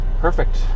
Perfect